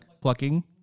plucking